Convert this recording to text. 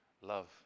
Love